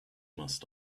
must